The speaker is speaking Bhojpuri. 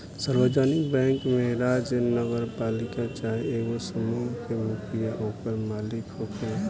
सार्वजानिक बैंक में राज्य, नगरपालिका चाहे एगो समूह के मुखिया ओकर मालिक होखेला